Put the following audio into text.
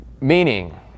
Meaning